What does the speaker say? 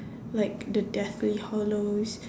like the deathly hallows